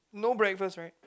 no breakfast right